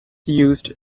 used